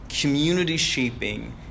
community-shaping